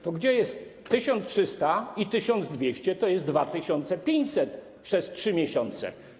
To gdzie jest... 1300 zł i 1200 zł to jest 2500 zł przez 3 miesiące.